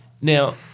now